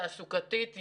תעסוקתית,